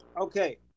okay